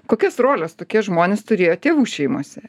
kokias roles tokie žmonės turėjo tėvų šeimose